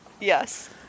Yes